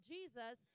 Jesus